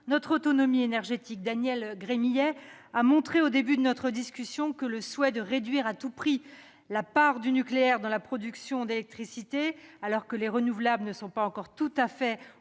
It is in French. notre autonomie énergétique. Daniel Gremillet a montré, au début de notre discussion, que le souhait de réduire à tout prix la part du nucléaire dans la production d'électricité, alors que les énergies renouvelables ne sont pas encore tout à fait